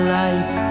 life